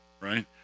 right